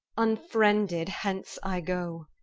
unfriended, hence i go,